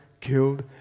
killed